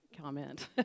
comment